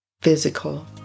physical